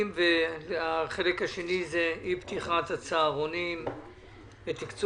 ובחלק השני נדון באי פתיחת הצהרונים ותקצובם.